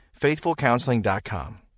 FaithfulCounseling.com